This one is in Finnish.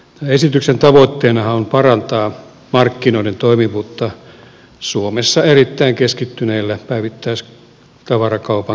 esityksen tavoitteenahan on parantaa markkinoiden toimivuutta suomessa erittäin keskittyneillä päivittäistavarakaupan markkinoilla